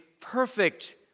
perfect